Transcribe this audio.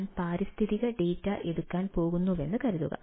ഞാൻ പാരിസ്ഥിതിക ഡാറ്റ എടുക്കാൻ പോകുന്നുവെന്ന് കരുതുക